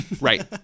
Right